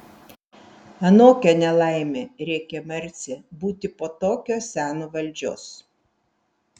anokia ne laimė rėkė marcė būti po tokio seno valdžios